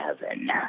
heaven